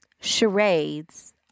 charades